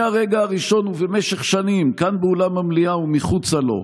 מהרגע הראשון ובמשך שנים כאן באולם המליאה ומחוצה לו,